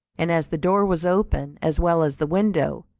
and as the door was open as well as the window,